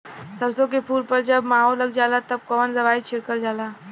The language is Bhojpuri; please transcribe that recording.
सरसो के फूल पर जब माहो लग जाला तब कवन दवाई छिड़कल जाला?